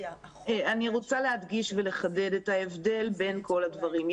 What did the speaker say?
אני רוצה להדגיש ולחדד את ההבדל בין כל הדברים.